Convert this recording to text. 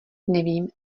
nevím